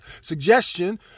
suggestion